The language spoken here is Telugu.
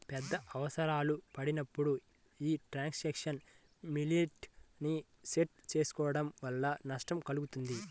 పెద్ద అవసరాలు పడినప్పుడు యీ ట్రాన్సాక్షన్ లిమిట్ ని సెట్ చేసుకోడం వల్ల నష్టం కల్గుతుంది